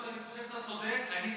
אני חושב שאתה צודק, אני איתך.